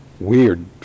Weird